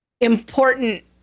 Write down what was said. important